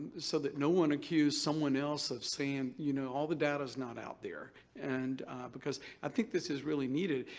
so that no one accuse someone else of saying, you know all the data is not out there. and because i think this is really needed.